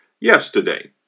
yesterday